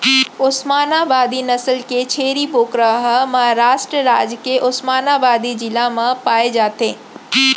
ओस्मानाबादी नसल के छेरी बोकरा ह महारास्ट राज के ओस्मानाबादी जिला म पाए जाथे